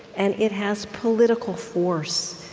and it has political force.